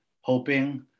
hoping